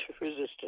resistance